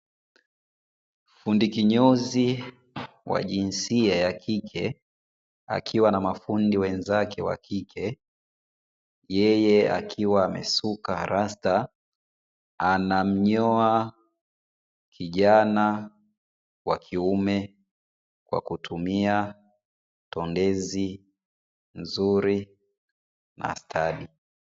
Fundi kinyozi wa jinsia ya kike akiwa na mafundi wenzake wa kike, yeye akiwa amesuka rasta anamnyoa kijana wa kiume kwa kutumia tondezi nzuri na stadi.